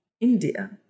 India